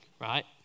right